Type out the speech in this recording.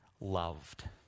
loved